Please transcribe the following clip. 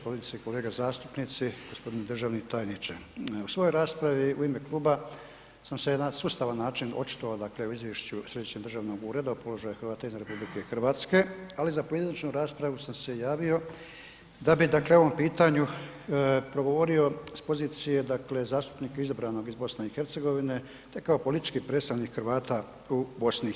Kolegice i kolege zastupnici, gospodine državni tajniče u svojoj raspravi u ime kluba sam se na sustavan način očitovao dakle o izvješću Središnjeg državnog ureda o položaju Hrvata izvan RH, ali za pojedinačnu raspravu sam se javio da bi dakle ovom pitanju progovorio s pozicije dakle zastupnika izabranog iz BiH te kao politički predstavnik Hrvata u BiH.